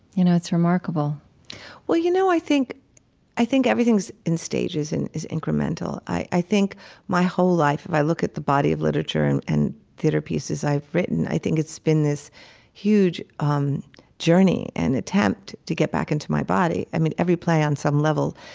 you know, it's remarkable well, you know, i think i think everything's in stages and is incremental. i i think my whole life, if i look at the body of literature and and theater pieces i've written, i think it's been this huge um journey and attempt to get back into my body. i mean, every play on some level.